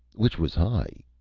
which was high,